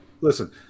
listen